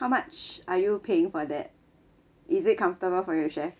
how much are you paying for that is it comfortable for yourself